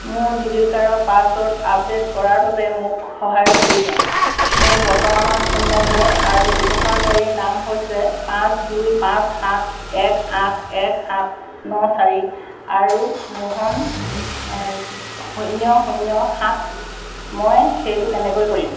মোৰ ডিজিলকাৰৰ password update কৰাৰ বাবে মোক সহায়ৰ প্ৰয়োজন মোৰ বৰ্তমানৰ ফোন নম্বৰ আৰু ব্যৱহাৰকাৰী নাম হৈছে পাঁচ দুই পাঁচ সাত এক আঠ এক সাত ন চাৰি আৰু মোহন শূন্য শূন্য সাত মই সেইটো কেনেকৈ কৰিম